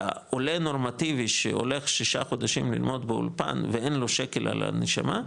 לעולה נורמטיבי שהולך שישה חודשים ללמוד באולפן ואין לו שקל על הנשמה,